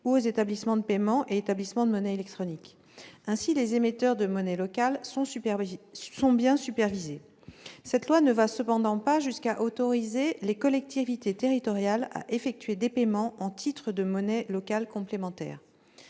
ou aux établissements de paiement et établissements de monnaie électronique. Ainsi, les émetteurs de monnaie locale sont supervisés. Cette loi ne va cependant pas jusqu'à autoriser les collectivités territoriales à effectuer des paiements en titres de monnaie locale complémentaire.